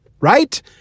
right